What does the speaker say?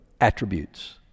attributes